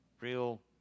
real